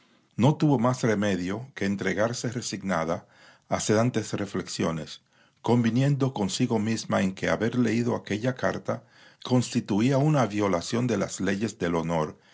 no tuvo más remedio que entregarse resignada a sedantes reflexiones conviniendo consigo misma en que haber leído aquella carta constituía una violación de las leyes del honor